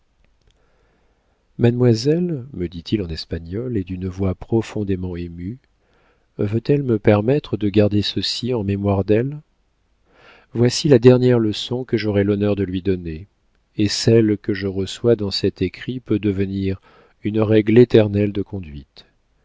mademoiselle me dit-il en espagnol et d'une voix profondément émue veut-elle me permettre de garder ceci en mémoire d'elle voici la dernière leçon que j'aurai l'honneur de lui donner et celle que je reçois dans cet écrit peut devenir une règle éternelle de conduite